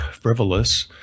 frivolous